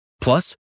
Plus